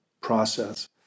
process